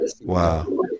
Wow